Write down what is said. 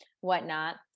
whatnot